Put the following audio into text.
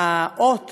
כשהאות